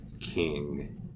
king